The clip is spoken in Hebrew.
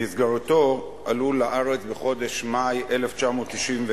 שבמסגרתו עלו לארץ בחודש מאי 1991,